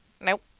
Nope